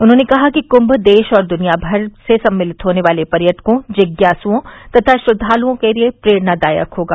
उन्होंने कहा कि कुंभ देश और दुनियामर से सम्मिलित होने वाले पर्यटकों जिज्ञासुओं तथा श्रद्वालुओं के लिये प्रेरणादायक होगा